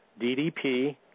DDP